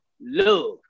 love